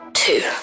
two